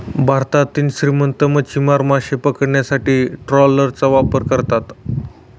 भारतातील श्रीमंत मच्छीमार मासे पकडण्यासाठी ट्रॉलरचा वापर करतात